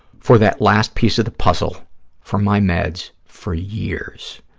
for that last piece of the puzzle for my meds for years.